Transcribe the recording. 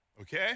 Okay